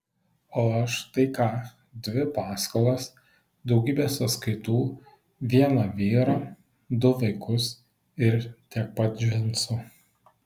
o aš tai ką dvi paskolas daugybę sąskaitų vieną vyrą du vaikus ir tiek pat džinsų